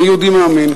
אני יהודי מאמין.